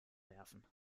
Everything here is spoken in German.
werfen